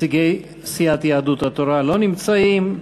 נציגי סיעת יהדות התורה, לא נמצאים.